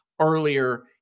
earlier